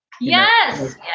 Yes